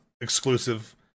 exclusive